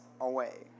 away